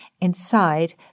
inside